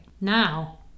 Now